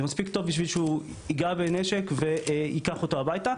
זה מספיק טוב בשביל שהוא ייגע בנשק וייקח אותו הביתה,